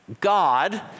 God